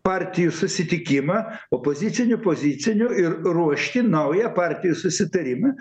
partijų susitikimą opozicinių pozicinių ir ruošti naują partijų susitarimą